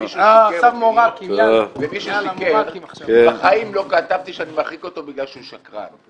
ומישהו שיקר בחיים לא כתבתי שאני מרחיק אותו בגלל שהוא שקרן,